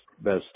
best